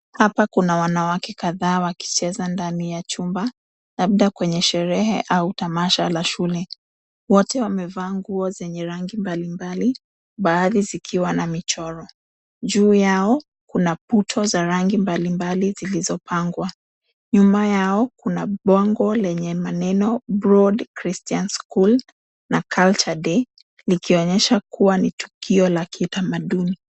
Hapa kuna wanawake kadhaa wakicheza ndani ya chumba labda kwenye sherehe au tamasha la shule. Wote wamevaa nguo zenye rangi mbalimbali baadhi zikiwa na michoro. Juu yao kuna puto za rangi mbalimbali zilizopangwa. Nyuma yao kuna bango lenye maneno BROAD CHRISTIAN SCHOOL na CULTURE DAY ikionyesha kuwa ni tukio la kitamanduni.